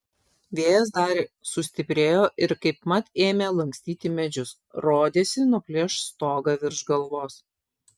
vėjas dar sustiprėjo ir kaipmat ėmė lankstyti medžius rodėsi nuplėš stogą virš galvos